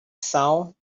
sound